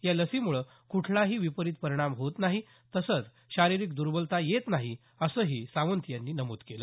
या लसीमुळे कुठलाही विपरीत परिणाम होत नाही तसंच शारीरिक दुर्बलता येत नाही असंही सावंत यांनी नमूद केलं